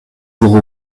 jours